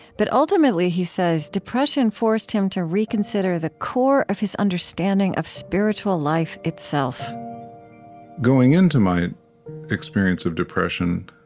but ultimately, he says, depression forced him to reconsider the core of his understanding of spiritual life itself going into my experience of depression,